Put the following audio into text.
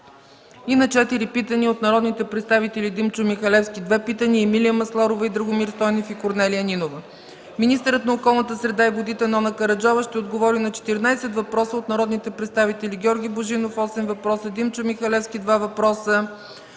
четири питания от народните представители Димчо Михалевски – две питания, Емилия Масларова и Драгомир Стойнев, и Корнелия Нинова. 10. Министърът на околната среда и водите Нона Караджова ще отговори на 14 въпроса от народните представители Георги Божинов – осем въпроса, Димчо Михалевски – два въпроса,